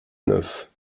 neuf